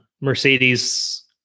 Mercedes